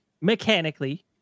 mechanically